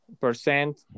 percent